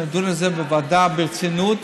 ונדון בזה בוועדה ברצינות,